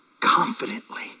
confidently